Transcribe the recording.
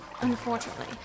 unfortunately